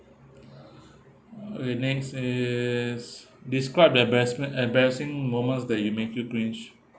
okay next is described the embarrassment embarrassing moments that will make you cringe